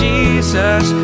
Jesus